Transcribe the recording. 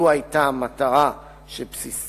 לו היתה המטרה שבסיס